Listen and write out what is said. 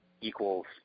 equals